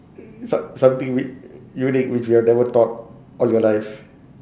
mm some~ something u~ unique which you have never thought of your life